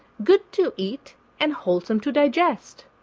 good to eat, and wholesome to digest,